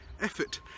effort